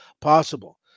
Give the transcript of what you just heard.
possible